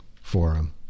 forum